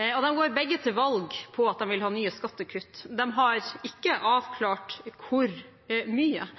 De går begge til valg på at de vil ha nye skattekutt. De har ikke avklart hvor mye.